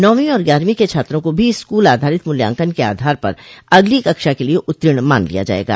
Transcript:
नौवीं और ग्याहरवीं के छात्रों को भी स्कूल आधारित मूल्यांकन के आधार पर अगली कक्षा के लिए उतीर्ण मान लिया जाएगा